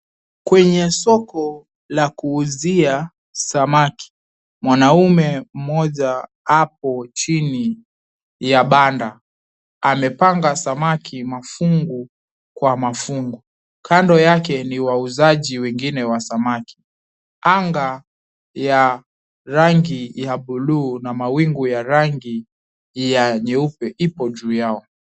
Kwenye soko la kuuzia samaki, mwanaume mmoja apo chini ya banda amepanga samaki mafungu kwa mafungu. Kando yake ni wauzaji wengine wa samaki. Anga ya rangi ya buluu na mawingu ya rangi ya nyeupe ipo juu yao.